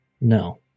No